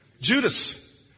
Judas